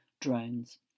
drones